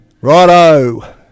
Righto